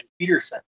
Peterson